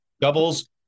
Doubles